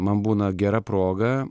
man būna gera proga